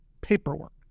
paperwork